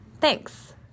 Thanks